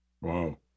Wow